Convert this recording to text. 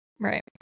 Right